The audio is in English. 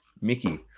Mickey